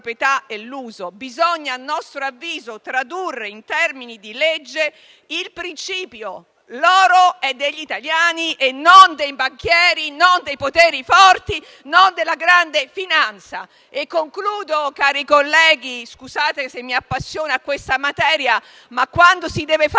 Bisogna, a nostro avviso, tradurre in termini di legge il principio secondo cui l'oro è degli italiani, non dei banchieri, non dei poteri forti, non della grande finanza. Concludo, cari colleghi. Scusate se mi appassiono a questa materia, ma, quando si deve fare chiarezza